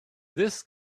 this